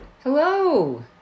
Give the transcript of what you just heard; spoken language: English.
Hello